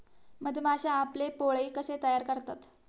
मधमाश्या आपले पोळे कसे तयार करतात?